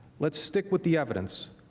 lets stick with the evidence.